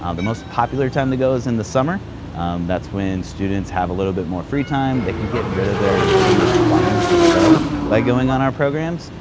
the most popular time to go is in the summer. um that's when students have a little bit more free time. they can get rid of their summer requirements as well by going on our programs.